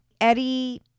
Eddie